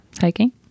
Hiking